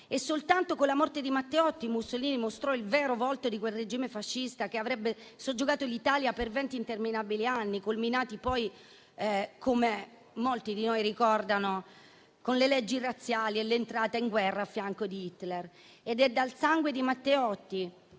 E soltanto con la morte di Matteotti Mussolini mostrò il vero volto di quel regime fascista che avrebbe soggiogato l'Italia per venti interminabili anni, culminati poi - come molti di noi ricordano - con le leggi razziali e l'entrata in guerra a fianco di Hitler. È proprio dal sangue di Matteotti